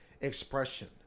expression